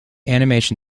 animation